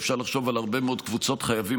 אפשר לחשוב על הרבה מאוד קבוצות חייבים